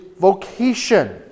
vocation